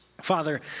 Father